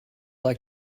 like